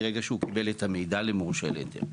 מרגע שהוא קיבל את המידע למורשה להיתר.